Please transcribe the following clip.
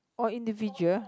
or individual